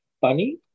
funny